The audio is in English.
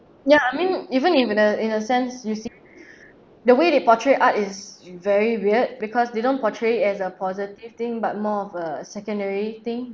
ya I mean even if the in a sense you see the way they portray art is very weird because they don't portray it as a positive thing but more of a secondary thing